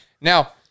Now